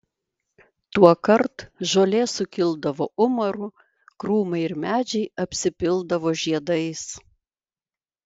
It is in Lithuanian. tuokart žolė sukildavo umaru krūmai ir medžiai apsipildavo žiedais